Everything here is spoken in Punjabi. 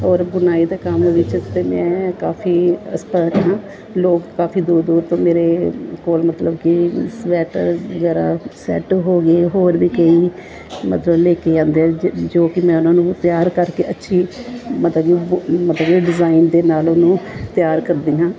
ਔਰ ਬੁਣਾਈ ਦਾ ਕੰਮ ਵਿੱਚ ਤਾਂ ਮੈਂ ਕਾਫੀ ਅਕਸਪਰਟ ਹਾਂ ਲੋਕ ਕਾਫੀ ਦੂਰ ਦੂਰ ਤੋਂ ਮੇਰੇ ਕੋਲ ਮਤਲਬ ਕਿ ਸਵੈਟਰ ਵਗੈਰਾ ਸੈਟ ਹੋ ਗਈ ਹੋਰ ਵੀ ਕਈ ਮਤਲਬ ਲੈ ਕਿ ਆਂਉਦੇ ਜੋ ਕਿ ਮੈਂ ਉਹਨਾਂ ਨੂੰ ਤਿਆਰ ਕਰਕੇ ਅੱਛੀ ਮਤਲਬ ਮਤਲਬ ਡਿਜ਼ਾਇਨ ਦੇ ਨਾਲ ਉਹਨੂੰ ਤਿਆਰ ਕਰਦੀ ਹਾਂ